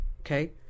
Okay